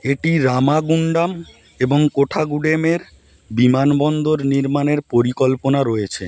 এটি রামাগুন্ডাম এবং কোঠাগুডেমের বিমানবন্দর নির্মাণের পরিকল্পনা রয়েছে